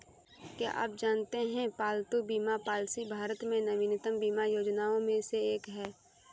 क्या आप जानते है पालतू बीमा पॉलिसी भारत में नवीनतम बीमा योजनाओं में से एक है?